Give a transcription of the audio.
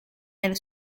elle